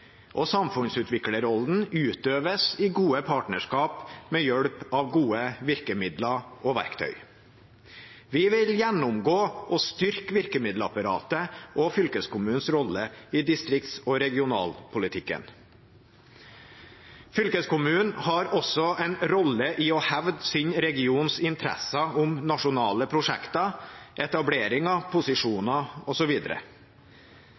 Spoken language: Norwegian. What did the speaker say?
og samfunnsutviklerrollen utøves i gode partnerskap med hjelp av gode virkemidler og verktøy. Vi vil gjennomgå og styrke virkemiddelapparatet og fylkeskommunens rolle i distrikts- og regionalpolitikken. Fylkeskommunen har også en rolle i å hevde sin regions interesser med hensyn til nasjonale prosjekter, etableringer,